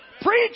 Preach